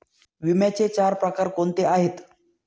विम्याचे चार प्रकार कोणते आहेत?